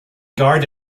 guard